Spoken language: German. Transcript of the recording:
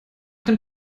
dem